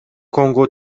کنگو